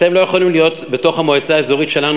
אתם לא יכולים להיות בתוך המועצה האזורית שלנו,